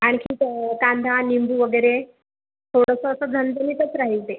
आणखी तर कांदा लिंबू वगैरे थोडंसं असं झणझणीतच राहील ते